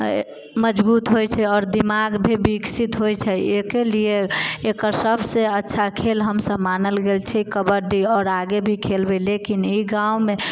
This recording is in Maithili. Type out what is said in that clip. मजबूत होइ छै आओर दिमाग भी विकसित होइ छै अयके लिए एकर सबसँ अच्छा खेला हमसब मानल गेल छै कबड्डी आओर आगे भी खेलबै लेकिन ई गाँवमे